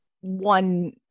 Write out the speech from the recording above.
one